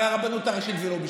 הרי הרבנות הראשית זה לא בשבילך.